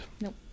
Nope